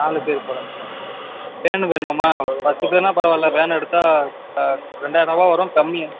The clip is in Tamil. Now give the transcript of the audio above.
நாலு பேர் போகிற மாதிரியா வேன் வேணுமாமா பத்து பேர்னால் பரவாயில்ல வேன் எடுத்தால் ரெண்டாயிரம் ரூபாய் தான் வரும் கம்மி